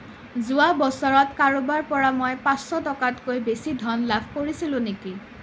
যোৱা বছৰত কাৰোবাৰ পৰা মই পাঁচশ টকাতকৈ বেছি ধন লাভ কৰিছিলোঁ নেকি